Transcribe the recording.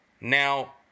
Now